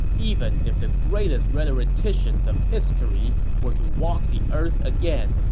even if the greatest rhetoriticians of history were to walk the earth again,